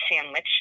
sandwich